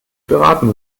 beraten